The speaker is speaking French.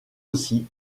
aussi